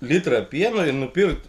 litrą pieno ir nupirkt